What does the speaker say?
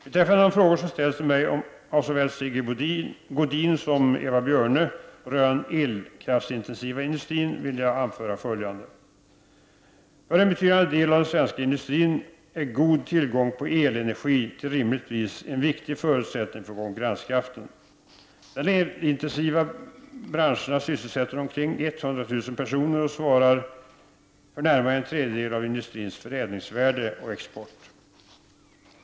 Beträffande de frågor som ställts till mig av såväl Sigge Godin som Eva Björne rörande den elkraftsintensiva industrin vill jag anföra följande. För en betydande del av den svenska industrin är god tillgång på elenergi till rimligt pris en viktig förutsättning för konkurrenskraften. De elintensiva branscherna sysselsätter omkring 100 000 personer och svarar för närmare en tredjedel av industrins förädlingsvärde och export.